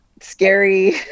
scary